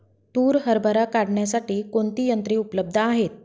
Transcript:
तूर हरभरा काढण्यासाठी कोणती यंत्रे उपलब्ध आहेत?